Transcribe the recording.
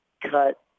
cut